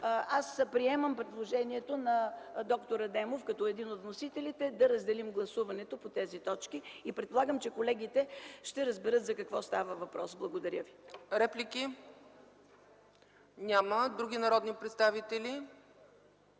аз приемам предложението на д-р Адемов като един от вносителите, да разделим гласуването по тези точки и предполагам, че колегите ще разберат за какво става въпрос. Благодаря ви. ПРЕДСЕДАТЕЛ ЦЕЦКА ЦАЧЕВА: Реплики? Няма. Други народни представители?